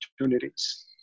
opportunities